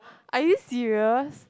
are you serious